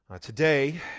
Today